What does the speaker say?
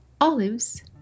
olives